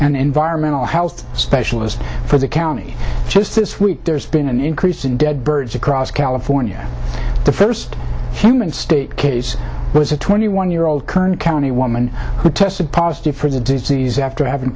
an environmental health specialist for the county just this week there's been an increase in dead birds across california the first human state case was a twenty one year old kern county woman who tested positive for the disease after having